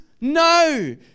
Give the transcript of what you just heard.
no